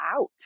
out